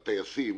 הטייסים,